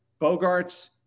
Bogarts